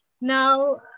Now